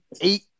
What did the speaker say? eight